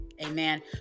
Amen